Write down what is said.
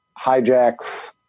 hijacks